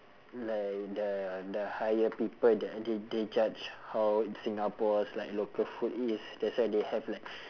like the the higher people that they they judge how in singapore's like local food it is that's why they have like